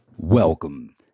Welcome